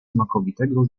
smakowitego